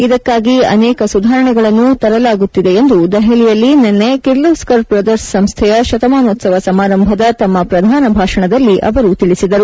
ಇದಕ್ಕಾಗಿ ಅನೇಕ ಸುಧಾರಣೆಗಳನ್ನು ತರಲಾಗುತ್ತಿದೆ ಎಂದು ದೆಪಲಿಯಲ್ಲಿ ನಿನ್ನೆ ಕಿರ್ಲೋಸ್ಕರ್ ಬ್ರದರ್ಸ್ ಸಂಸ್ಥೆಯ ಶತಮಾನೋತ್ಸವ ಸಮಾರಂಭದ ತಮ್ಮ ಪ್ರಧಾನ ಭಾಷಣದಲ್ಲಿ ಅವರು ತಿಳಿಸಿದರು